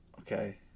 Okay